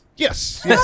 Yes